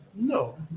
No